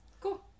Cool